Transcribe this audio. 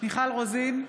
מיכל רוזין,